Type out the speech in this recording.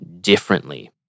differently